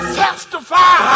testify